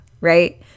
right